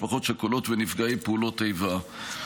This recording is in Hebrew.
משפחות שכולות ונפגעי פעולות איבה.